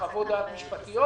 וחוות דעת משפטיות,